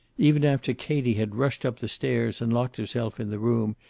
even after katie had rushed up the stairs and locked herself in the room,